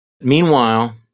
Meanwhile